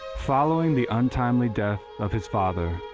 following the untimely death of his father,